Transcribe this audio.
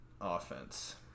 offense